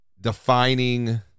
defining